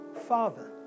Father